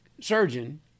surgeon